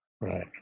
Right